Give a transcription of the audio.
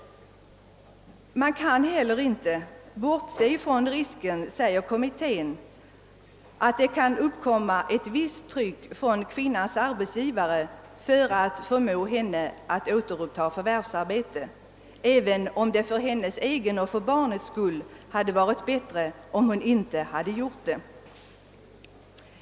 Kommittén säger också att man inte helt kan bortse från risken att det kan uppkomma ett visst tryck från kvinnans arbetsgivare för att förmå henne att återuppta förvärvsarbetet, även om det för hennes egen och för barnets skull hade varit bättre att inte göra det.